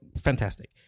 fantastic